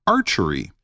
Archery